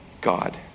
God